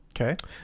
Okay